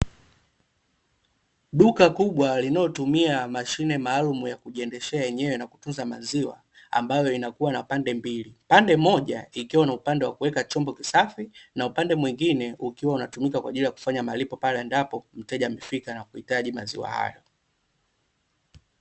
Duka kubwa linalotumia mashine maalum ya kujiendeshea yenyewe na kutunza maziwa ambayo inakuwa na pande mbili. Pande moja, ikiwa na upande wa kuweka chombo kisafi, na upande mwengine ukiwa unatumika kwaajili ya kufanya malipo pale endapo mteja amefika na kuhitaji maziwa hayo.